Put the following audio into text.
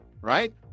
right